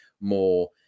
more